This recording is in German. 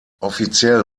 offiziell